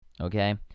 okay